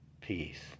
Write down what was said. peace